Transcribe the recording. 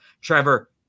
Trevor